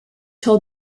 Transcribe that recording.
told